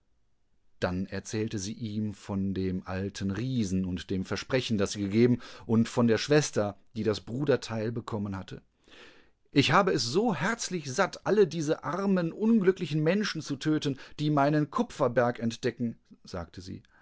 dann erzählte sie ihm von dem alten riesen und dem versprechen das sie gegeben und von der schwester die das bruderteil bekommenhatte ichhabeessoherzlichsatt allediesearmen unglücklichen menschen zu töten die meinen kupferberg entdecken sagte sie